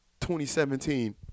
2017